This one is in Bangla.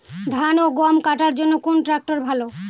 ধান ও গম কাটার জন্য কোন ট্র্যাক্টর ভালো?